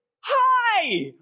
hi